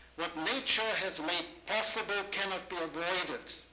what nature has made possible cannot be avoided.